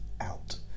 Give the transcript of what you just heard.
out